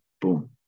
Boom